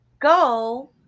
go